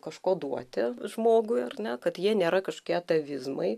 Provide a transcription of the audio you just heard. kažko duoti žmogui ar ne kad jie nėra kažkokie tavizmai